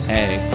Hey